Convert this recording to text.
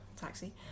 taxi